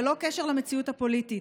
ללא קשר למציאות הפוליטית,